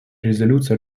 резолюций